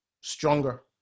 stronger